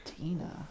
Tina